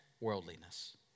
worldliness